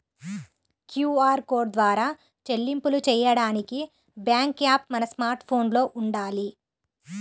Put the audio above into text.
QR code ద్వారా చెల్లింపులు చెయ్యడానికి బ్యేంకు యాప్ మన స్మార్ట్ ఫోన్లో వుండాలి